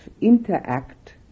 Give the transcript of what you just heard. interact